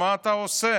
מה אתה עושה?